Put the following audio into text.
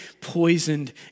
poisoned